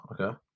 okay